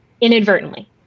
inadvertently